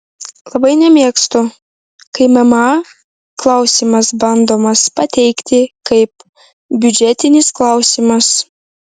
labai nemėgstu kai mma klausimas bandomas pateikti kaip biudžetinis klausimas